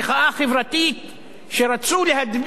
רצו להדביק לדפני ליף